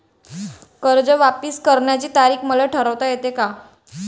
कर्ज वापिस करण्याची तारीख मले ठरवता येते का?